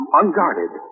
unguarded